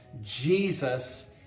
Jesus